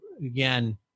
again